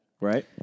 right